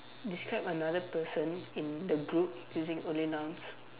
describe another person in the group using only nouns